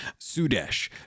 Sudesh